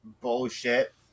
bullshit